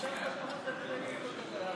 של חבר הכנסת יואל